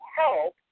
help